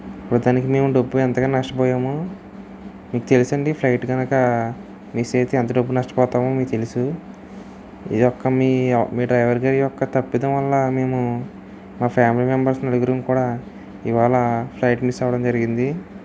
ప్రస్తుతానికి మేము డబ్బు ఎంతగానో నష్టపోయాము మీకు తెలుసండి ఫ్లైట్ కనుక మిస్ అయితే ఎంత డబ్బు నష్టపోతామో మీకు తెలుసు మీ యొక్క మీ డ్రైవర్ గారి యొక్క తప్పిదం వల్ల మేము మా ఫ్యామిలీ మెంబర్స్ నలుగురం కూడా ఇవాళ ఫ్లైట్ మిస్ అవ్వడం జరిగింది